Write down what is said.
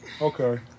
Okay